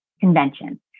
convention